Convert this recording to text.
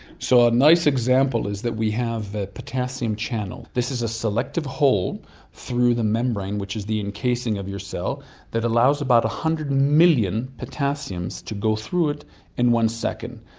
so a nice example is that we have a potassium channel, this is a selective hole through the membrane which is the encasing of your cell that allows about one hundred million potassiums to go through it in one second.